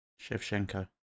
Shevchenko